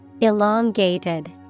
Elongated